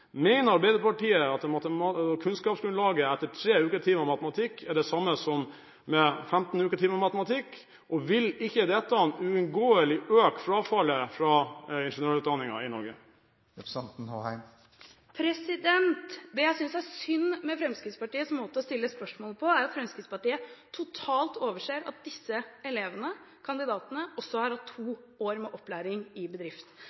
Mener Arbeiderpartiet at kunnskapsgrunnlaget etter 3 uketimer i matematikk er det samme som med 15 uketimer i matematikk? Og vil ikke dette uunngåelig øke frafallet fra ingeniørutdanningen i Norge? Det jeg synes er synd med Fremskrittspartiets måte å stille spørsmål på, er at Fremskrittspartiet totalt overser at disse elvene, kandidatene, også har hatt to år med opplæring i bedrift.